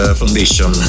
foundation